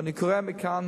כידוע לכם,